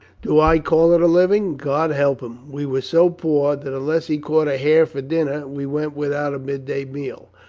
do i call it a living? god help him! we were so poor that unless he caught a hare for dinner we went without a midday meal.